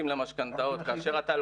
וככה בדקה,